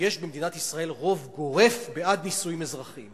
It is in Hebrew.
שיש במדינת ישראל רוב גורף בעד נישואים אזרחיים.